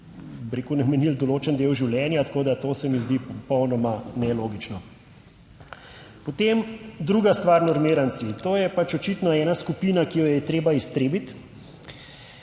bi rekel, namenili določen del življenja. Tako da to se mi zdi popolnoma nelogično. Potem druga stvar normiranci. To je pač očitno ena skupina, ki jo je treba iztrebiti,